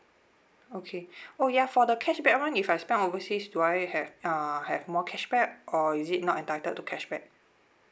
okay oh ya for the cashback [one] if I spend overseas have uh have more cashback or is it not entitled to cashback